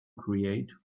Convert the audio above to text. create